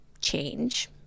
change